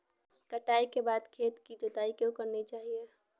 कटाई के बाद खेत की जुताई क्यो करनी चाहिए?